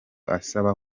asaba